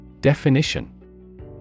Definition